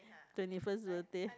twenty first birthday